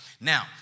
Now